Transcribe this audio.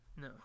No